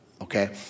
okay